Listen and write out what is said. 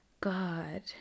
God